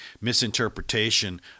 misinterpretation